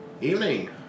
Evening